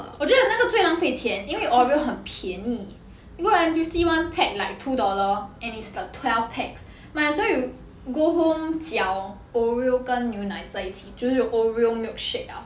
我觉得那个最浪费钱因为 oreo 很便宜 you go N_T_U_C one pack like two dollar and it's the twelve pack might as well you go home 搅 oreo 跟牛奶在一起就是 oreo milkshake liao